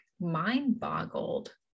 mind-boggled